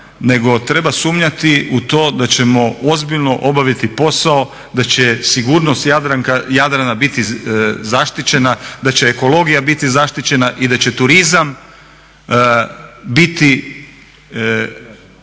nego treba sumnjati u to da ćemo ozbiljno obaviti posao, da će sigurnost Jadrana biti zaštićena, da će ekologija biti zaštićena i da će turizam biti